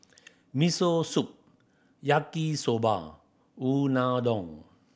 Miso Soup Yaki Soba Unadon